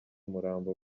umurambo